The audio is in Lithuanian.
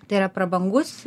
tai yra prabangus